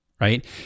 right